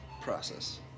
process